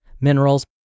minerals